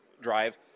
drive